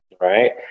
right